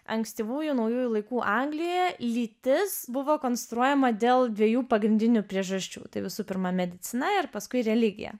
ankstyvųjų naujųjų laikų anglijoje lytis buvo konstruojama dėl dviejų pagrindinių priežasčių tai visų pirma medicina ir paskui religija